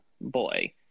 boy